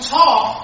talk